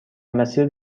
مسیر